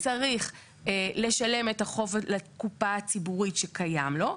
צריך לשלם את החוב לקופה הציבורית שקיים לו.